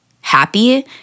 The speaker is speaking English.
happy